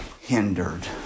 hindered